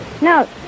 No